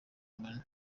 money